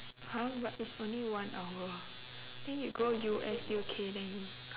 !huh! but it's only one hour then you go U_S U_K then you